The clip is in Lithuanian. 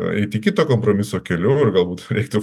eiti kito kompromiso keliu ir galbūt reiktų